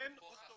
אין אוטומטית.